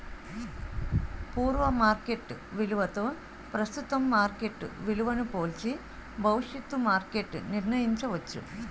పూర్వ మార్కెట్ విలువతో ప్రస్తుతం మార్కెట్ విలువను పోల్చి భవిష్యత్తు మార్కెట్ నిర్ణయించవచ్చు